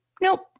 Nope